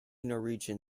norwegian